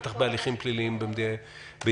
בטח בהליכים פליליים בישראל.